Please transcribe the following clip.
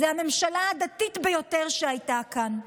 זו הממשלה הדתית ביותר שהייתה כאן,